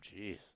Jeez